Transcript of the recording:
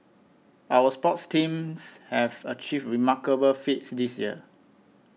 our sports teams have achieved remarkable feats this year